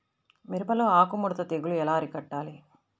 మిరపలో ఆకు ముడత తెగులు ఎలా అరికట్టాలి?